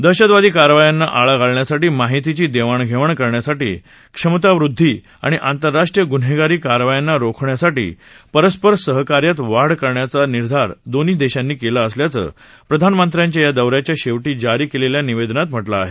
दहशतवादी कारवायांना आळा घालण्यासाठी माहितीची देवाणघेवाण करण्यासाठी क्षमतावद्धी आणि आंतरराष्ट्रीय गुन्हेगारी कारवायांना रोखण्यासाठी परस्पर सहकार्यात वाढ करण्याचा निर्धार दोन्ही देशांनी केला असल्याचं प्रधानमंत्र्याच्या या दौऱ्याच्या शेवटी जारी केलेल्या निवेदनात म्हटलं आहे